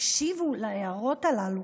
תקשיבו להערות הללו,